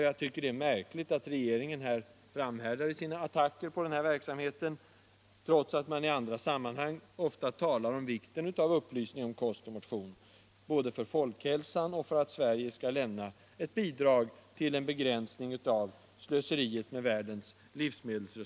Jag tycker att det är märkligt att regeringen framhärdar i sina attacker mot den här verksamheten, trots att man i andra sammanhang ofta talar om vikten av upplysning om kost och motion, både för att folkhälsan skall förbättras och för att Sverige skall kunna lämna ett bidrag till en begränsning av slöseriet med världens livsmedelstillgångar.